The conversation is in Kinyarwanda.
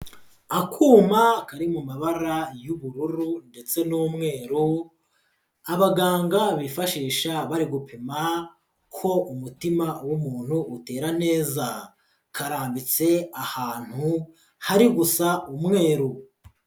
Akuma kari mu mabara y'ubururu ndetse n'umweru, abaganga bifashisha bari gupima ko umutima w'umuntu utera neza, karambitse ahantu hari gusa umweru.